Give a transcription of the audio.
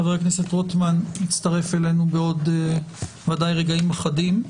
חבר הכנסת רוטמן יצטרף אלינו בעוד רגעים אחדים.